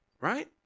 Right